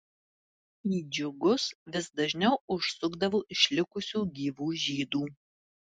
į džiugus vis dažniau užsukdavo išlikusių gyvų žydų